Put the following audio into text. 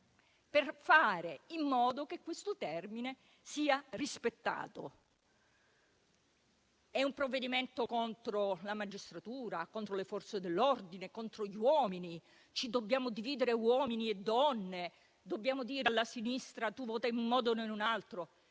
per fare in modo che il termine previsto sia rispettato. È un provvedimento contro la magistratura? È contro le Forze dell'ordine o contro gli uomini? Dobbiamo dividere uomini e donne? Dobbiamo dire alla sinistra di votare in un modo e noi in un altro?